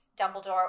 Dumbledore